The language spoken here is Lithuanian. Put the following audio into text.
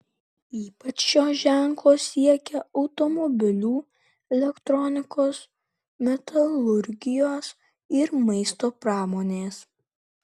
ypač šio ženklo siekia automobilių elektronikos metalurgijos ir maisto pramonės